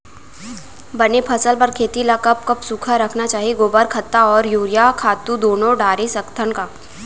बने फसल बर खेती ल कब कब सूखा रखना चाही, गोबर खत्ता और यूरिया खातू दूनो डारे सकथन का?